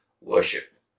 worship